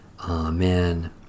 Amen